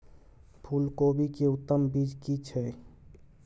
फूलकोबी के उत्तम बीज की छै?